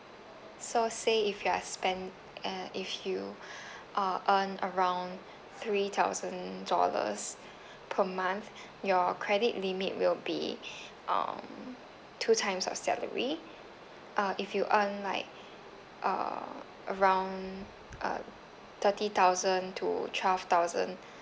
so say if you are spend~ uh if you uh earn around three thousand dollars per month your credit limit will be um two times your salary uh if you earn like uh around uh thirty thousand to twelve thousand